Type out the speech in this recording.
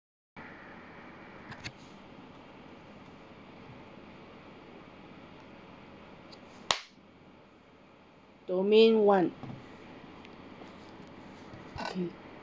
domain one okay